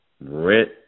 Rent